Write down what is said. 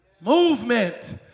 Movement